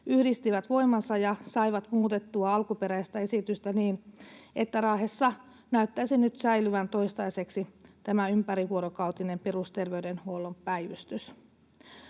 yhdistivät voimansa ja saivat muutettua alkuperäistä esitystä niin, että Raahessa näyttäisi nyt säilyvän toistaiseksi tämä ympärivuorokautinen perusterveydenhuollon päivystys.